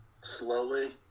slowly